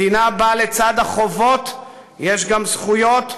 מדינה שבה לצד החובות יש גם זכויות,